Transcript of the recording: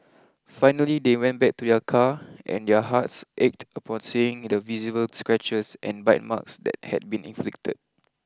finally they went back to their car and their hearts ached upon seeing the visible scratches and bite marks that had been inflicted